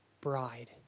bride